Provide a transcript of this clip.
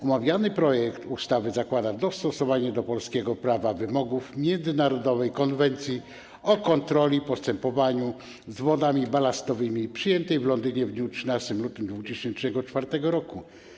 Omawiamy projekt ustawy zakłada dostosowanie polskiego prawa do wymogów międzynarodowej konwencji o kontroli i postępowaniu z wodami balastowymi, przyjętej w Londynie w dniu 13 lutego 2004 r.